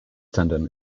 tendon